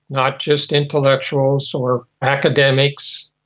not just intellectuals or academics,